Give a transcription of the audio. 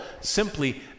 simply